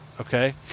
okay